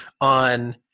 on